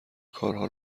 کارها